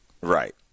Right